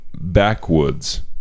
Backwoods